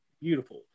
Beautiful